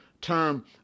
term